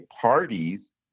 parties